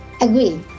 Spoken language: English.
agree